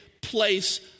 place